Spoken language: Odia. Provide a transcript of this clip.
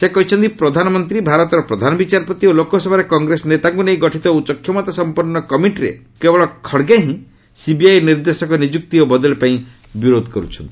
ସେ କହିଛନ୍ତି ପ୍ରଧାନମନ୍ତ୍ରୀଭାରତର ପ୍ରଧାନ ବିଚାରପତି ଓ ଲୋକସଭାରେ କଂଗ୍ରେସ ନେତାଙ୍କୁ ନେଇ ଗଠିତ ଉଚ୍ଚ କ୍ଷମତା ସମ୍ପନ୍ନ କମିଟିରେ କେବଳ ଖଡ୍ଗେ ହିଁ ସିବିଆଇ ନିର୍ଦ୍ଦେଶକ ନିଯୁକ୍ତି ଓ ବଦଳି ପାଇଁ ବିରୋଧ କର୍ ଛନ୍ତି